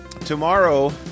tomorrow